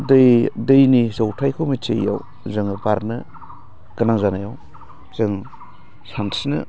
दै दैनि जौथायखौ मिथियैयाव जोङो बारनो गोनां जानायाव जों सानस्रिनो